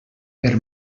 per